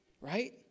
right